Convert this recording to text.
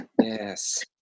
yes